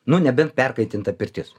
nu nebent perkaitinta pirtis